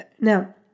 now